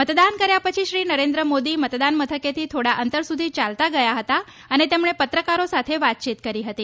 મતદાન કર્યા પછી શ્રી નરેન્દ્ર મોદી મતદાન મથકેથી થોડા અંતર સુધી ચાલતા ગયા હતા અને તેમણે પત્રકારો સાથે વાતચીત કરી હતી